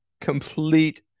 complete